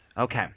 Okay